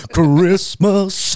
Christmas